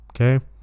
okay